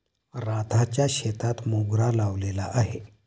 राधाच्या शेतात मोगरा लावलेला आहे